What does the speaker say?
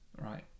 right